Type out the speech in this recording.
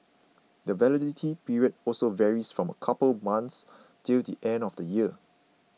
the validity period also varies from a couple of months till the end of the year